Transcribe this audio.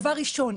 דבר ראשון,